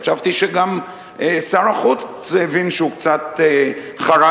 חשבתי שגם שר החוץ הבין שהוא קצת חרג